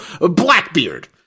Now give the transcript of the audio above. Blackbeard